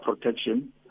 Protection